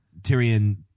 Tyrion